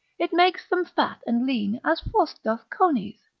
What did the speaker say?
it makes them fat and lean, as frost doth conies.